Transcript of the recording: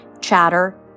Chatter